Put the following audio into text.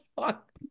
fuck